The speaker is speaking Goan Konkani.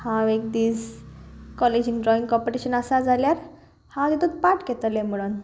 हांव एक दीस कॉलेजीन ड्रॉइंग कॉम्पिटिशन आसा जाल्यार हांव तितूंत पार्ट घेतलें म्हणून